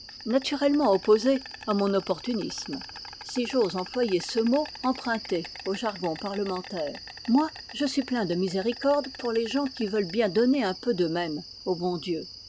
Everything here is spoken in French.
naturellement opposée à mon opportunisme si j'ose employer ce mot emprunté au jargon parlementaire moi je suis plein de miséricorde pour les gens qui veulent bien donner un peu d'eux-mêmes au bon dieu